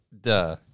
Duh